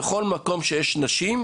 בכל מקום בו יש נשים,